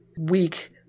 weak